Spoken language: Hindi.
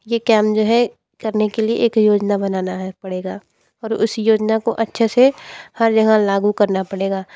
ये काम जो है करने के लिए एक योजना बनाना है पड़ेगा और उस योजना को अच्छे से हर जगह लागू करना पड़ेगा